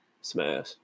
Smash